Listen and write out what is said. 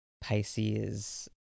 Pisces